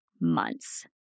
months